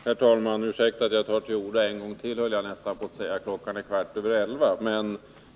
Herr talman! Ursäkta att jag tar till orda en gång till, när klockan är kvart över elva.